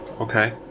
Okay